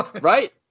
Right